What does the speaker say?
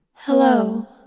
Hello